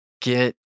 Get